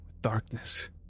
darkness